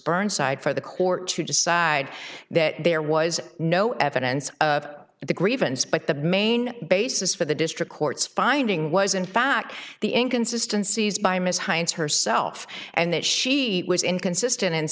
burnside for the court to decide that there was no evidence of the grievance but the main basis for the district court's finding was in fact the inconsistency used by ms hines herself and that she was inconsistent